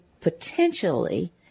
potentially